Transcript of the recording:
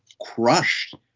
crushed